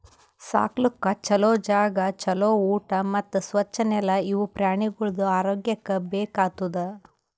ಸಾಕ್ಲುಕ್ ಛಲೋ ಜಾಗ, ಛಲೋ ಊಟಾ ಮತ್ತ್ ಸ್ವಚ್ ನೆಲ ಇವು ಪ್ರಾಣಿಗೊಳ್ದು ಆರೋಗ್ಯಕ್ಕ ಬೇಕ್ ಆತುದ್